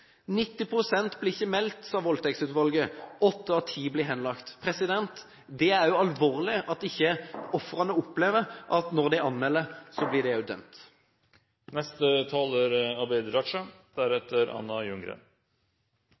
pst. blir ikke anmeldt, sa Voldtektsutvalget. Åtte av ti anmeldelser blir henlagt. Det er alvorlig at ikke ofrene opplever at når de anmelder, blir voldtektsmannen også dømt. Aller først vil jeg takke interpellanten for å ta opp en viktig problemstilling. Vi er